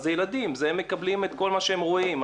אלה ילדים, הם מקבלים את כל מה שהם רואים.